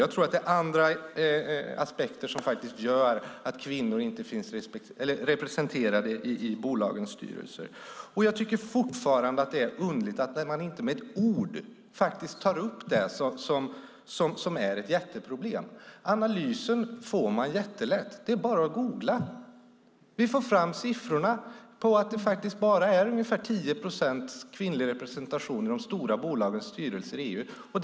Jag tror att det är andra motiv som gör att kvinnor inte är representerade i bolagens styrelser. Jag tycker fortfarande att det är underligt att man inte med ett ord tar upp det som är ett stort problem. Analysen får man enkelt fram genom att googla. Då får man fram siffror som visar att det bara är ungefär 10 procents kvinnlig representation i de stora bolagens styrelser i EU.